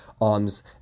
arms